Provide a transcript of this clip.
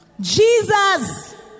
Jesus